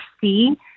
see